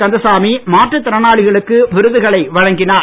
கந்தசாமி மாற்றுத் திறனாளிகளுக்கு விருதுகளை வழங்கினார்